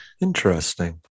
Interesting